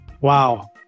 Wow